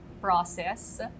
process